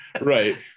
right